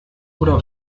oder